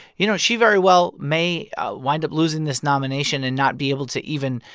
you know, she very well may wind up losing this nomination and not be able to even,